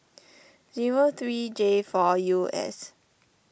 zero three J four U S